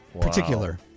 particular